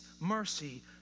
mercy